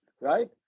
right